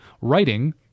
writing